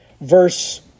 verse